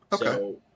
Okay